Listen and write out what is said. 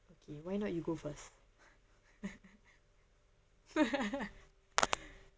okay why not you go first